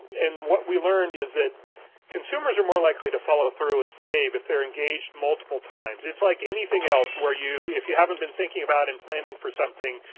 and what we learned is that consumers are more likely to follow through and save if they're engaged multiple times. it's like anything else where you if you haven't been thinking about and planning for something,